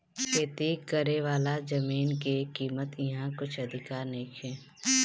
खेती करेवाला जमीन के कीमत इहा कुछ अधिका नइखे